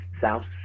south